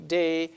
day